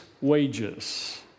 wages